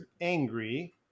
angry